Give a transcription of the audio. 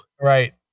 Right